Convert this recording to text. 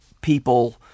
people